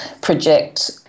project